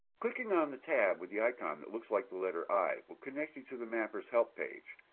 clicking on the tab with the icon that looks like the letter i will connect you to the mapper's help page.